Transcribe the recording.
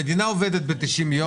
המדינה עובדת ב-90 ימים.